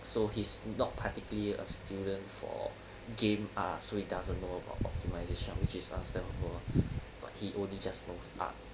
so he's not particularly a student for game ah so he doesn't know about optimisation which is understandable but he only just knows art